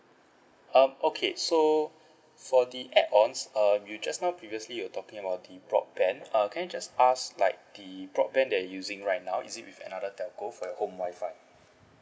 um okay so for the add ons err you just now previously you talking about the broadband uh can I just ask like the broadband that you using right now is it with another telco for your home wifi